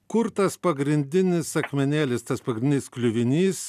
kur tas pagrindinis akmenėlis tas pagrindinis kliuvinys